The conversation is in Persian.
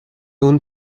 اون